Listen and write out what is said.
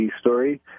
story